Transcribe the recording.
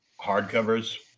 hardcovers